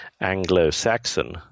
Anglo-Saxon